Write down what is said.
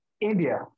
India